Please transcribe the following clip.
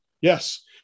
Yes